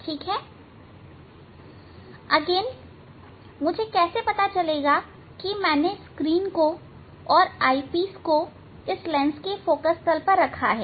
ठीक है पुनः मुझे यह कैसे पता चलेगा कि मैंने स्क्रीन को और आईपीस को इस लेंस के फोकल तल पर रखा है